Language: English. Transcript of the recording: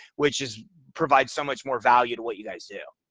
which is provide so much more value to what you guys do.